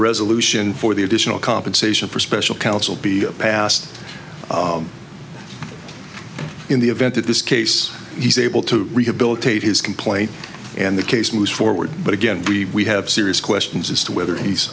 resolution for the additional compensation for special counsel be passed in the event that this case he's able to rehabilitate his complaint and the case moves forward but again we have serious questions as to whether he's